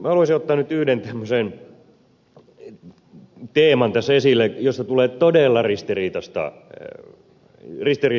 haluaisin ottaa nyt yhden tämmöisen teeman tässä esille josta tulee todella ristiriitaisia puheenvuoroja